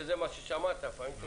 שהורה.